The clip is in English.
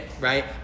right